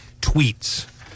tweets